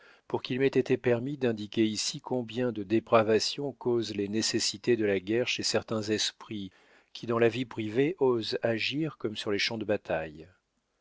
pour qu'il m'ait été permis d'indiquer ici combien de dépravation causent les nécessités de la guerre chez certains esprits qui dans la vie privée osent agir comme sur les champs de bataille